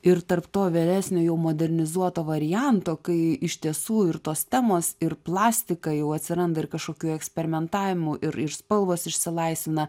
ir tarp to veresnio jau modernizuoto varianto kai iš tiesų ir tos temos ir plastika jau atsiranda ir kažkokių eksperimentavimų ir iš spalvos išsilaisvina